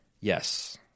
Yes